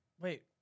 Wait